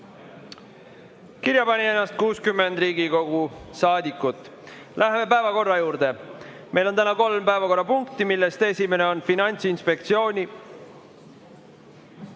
Kirja pani ennast 60 Riigikogu saadikut. Läheme päevakorra juurde. Meil on täna kolm päevakorrapunkti, millest esimene on Finantsinspektsiooni